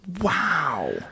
wow